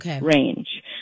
range